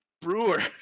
brewer